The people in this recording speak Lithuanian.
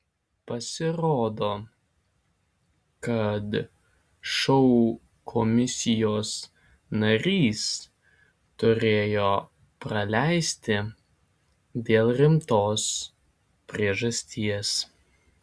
pasirodo kad šou komisijos narys turėjo praleisti dėl rimtos priežasties